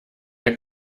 der